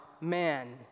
man